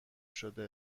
شده